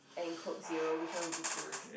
and coke zero which one would you choose